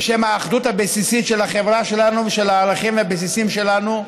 בשם האחדות הבסיסית של החברה שלנו ושל הערכים הבסיסיים שלנו,